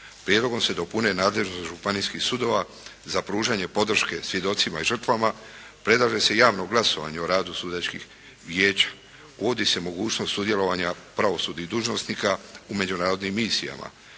Prijedlogom se dopune nadležnosti županijskih sudova za pružanje podrške svjedocima i žrtvama, predlaže se javno glasovanje o radu sudačkih vijeća. Uvodi se mogućnost sudjelovanja pravosudnih dužnosnika u međunarodnom misijama.